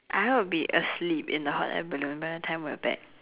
I hope I would be asleep in the hot air balloon by the time we're back